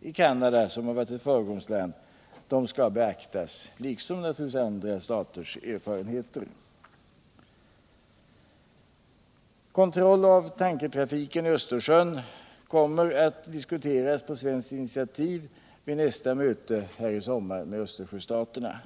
i Canada, som varit ett föregångsland, skall beaktas, liksom naturligtvis andra staters erfarenheter. Kontroll av tankertrafiken i Östersjön kommer på svenskt initiativ att diskuteras vid nästa möte i sommar med Östersjöstaterna.